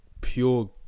pure